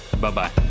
Bye-bye